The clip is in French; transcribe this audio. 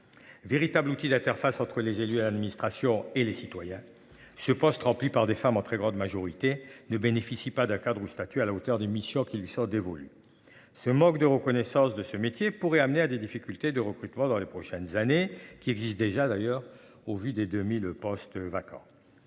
Véritable outil d'interface entre les élus et l'administration et les citoyens. Ce poste remplis par des femmes en très grande majorité ne bénéficient pas d'un cadre ou statut à la hauteur d'une mission qui lui sont dévolus. Ce manque de reconnaissance de ce métier pourrait amener à des difficultés de recrutement dans les prochaines années qui existe déjà d'ailleurs au vu des 2000 postes vacants.